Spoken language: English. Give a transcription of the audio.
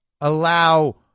allow